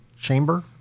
chamber